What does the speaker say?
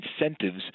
incentives